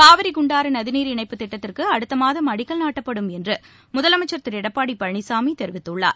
காவிரி குண்டாறுதிநீர் இணைப்பு திட்டத்திற்குஅடுத்தமாதம் அடிக்கல் நாட்டப்படும் என்றுமுதலமைச்சர் திருளடப்பாடிபழனிசாமிதெரிவித்துள்ளார்